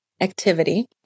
activity